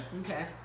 Okay